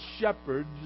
shepherds